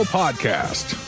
podcast